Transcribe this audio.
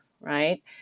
right